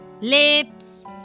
lips